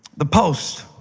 the post.